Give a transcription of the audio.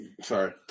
Sorry